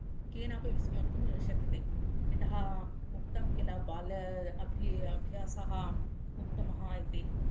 केनापि विस्मर्तुं शक्यते यतः उक्तं खिल बाल्य अपि अभ्यासः उत्तमः इति